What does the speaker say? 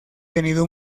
tenido